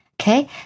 Okay